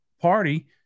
party